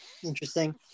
Interesting